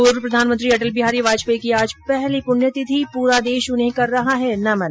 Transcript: पूर्व प्रधानमंत्री अटल बिहारी वाजपेयी की आज पहली पुण्यतिथि पूरा देश उन्हें कर रहा है नमन